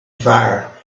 fire